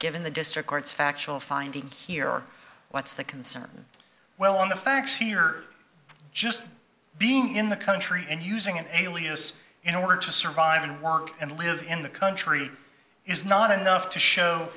given the district court's factual finding here what's the concern well on the facts here are just being in the country and using an alias in order to survive and work and live in the country is not enough to show